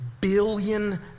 billion